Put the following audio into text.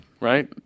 Right